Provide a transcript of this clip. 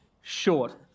short